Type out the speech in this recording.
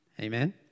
amen